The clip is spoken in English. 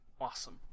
awesome